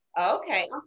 Okay